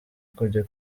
kujya